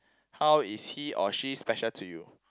how is he or she special to you